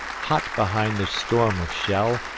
hot behind the storm of shell,